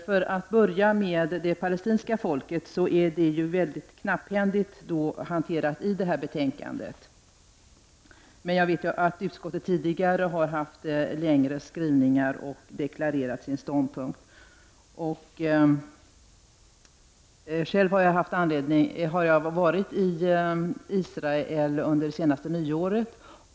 För att börja med det palestinska folket, så är det mycket knapphändigt hanterat i detta betänkande. Utskottet har dock tidigare haft längre skrivningar och deklarerat sin ståndpunkt. Själv var jag i Israel under det senaste nyåret.